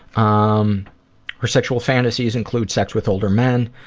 um her sexual fantasies include sex with older men.